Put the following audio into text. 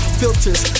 filters